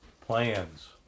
plans